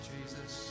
Jesus